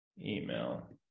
email